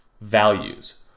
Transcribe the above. values